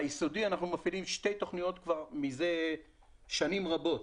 ביסודי אנחנו מפעילים שתי תוכניות מזה שנים רבות.